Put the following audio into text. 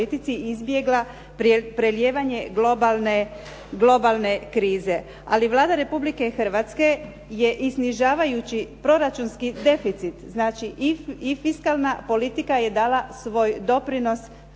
politici izbjegla prelijevanje globalne krize. Ali Vlada Republike Hrvatske je i snižavajući proračunski deficit, dakle i fiskalna politika je dala svoj doprinos